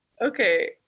Okay